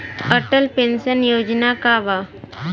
Atal pension योजना का बा?